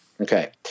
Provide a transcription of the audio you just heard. Okay